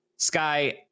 Sky